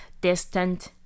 distant